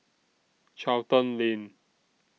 Charlton Lane